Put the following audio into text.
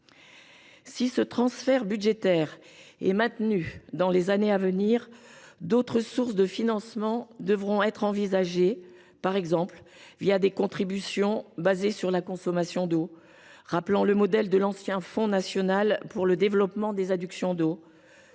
Si ce transfert budgétaire est maintenu dans les années à venir, d’autres sources de financement devront être envisagées, comme l’établissement de contributions fondées sur la consommation d’eau, sur le modèle de l’ancien fonds national pour le développement des adductions d’eau.